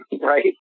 right